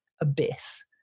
abyss